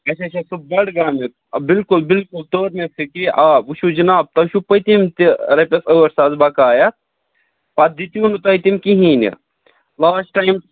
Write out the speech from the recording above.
اَچھا اچھا سُہ بَڈگامیُکۍ بِلکُل بِلکُل توٚر مےٚ فکرِ یہ آب وُچھو جِناب تۄہہِ چھُو پٔتِم تہِ رۄپیَس ٲٹھ ساس بَقایَت پَتہٕ دِتو نہٕ تۄہہِ تِم کِہیٖنٛۍ نہٕ لاسٹ ٹایم